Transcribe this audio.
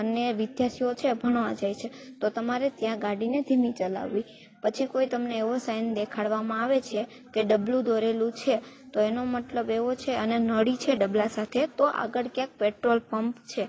અને વિદ્યાર્થીઓ છે ભણવા જાય છે તો તમારે ત્યાં ગાડીને ધીમી ચલાવવી પછી કોઈ તમને એવો સાઇન દેખાડવામાં આવે છે કે ડબલું દોરેલું છે તો એનો મતલબ એવો છે અને નળી છે ડબલા સાથે તો આગળ ક્યાંક પેટ્રોલ પંપ છે